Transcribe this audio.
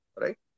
right